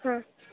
ಹ್ಞೂಂ